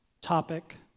topic